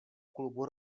klubu